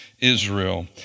Israel